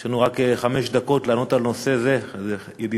יש לנו רק חמש דקות לענות על נושא זה, ידידי